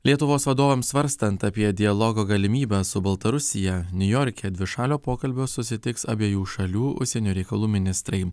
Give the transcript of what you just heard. lietuvos vadovams svarstant apie dialogo galimybę su baltarusija niujorke dvišalio pokalbio susitiks abiejų šalių užsienio reikalų ministrai